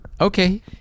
Okay